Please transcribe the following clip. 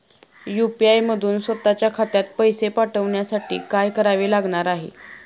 UPI मधून स्वत च्या खात्यात पैसे पाठवण्यासाठी काय करावे लागणार आहे?